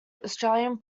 australian